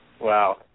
Wow